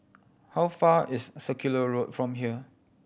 how far is Circular Road from here